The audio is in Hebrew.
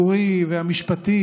לשבת.